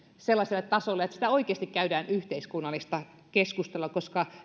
sellaiselle tasolle että siitä oikeasti käydään yhteiskunnallista keskustelua koska